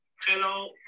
hello